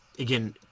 again